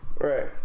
right